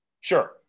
Sure